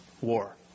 war